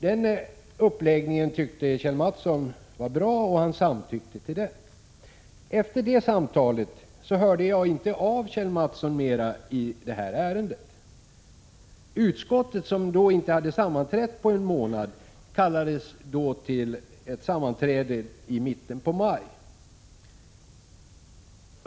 Denna uppläggning tyckte Kjell A. Mattsson var bra, och han samtyckte till detta. Efter detta samtal hörde jag inte av Kjell A. Mattsson mer i detta ärende. Utskottet, som då inte hade sammanträtt på en månad, kallades till ett sammanträde i mitten av maj.